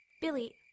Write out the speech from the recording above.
Billy